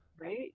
Right